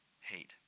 hate